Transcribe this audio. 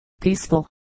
Peaceful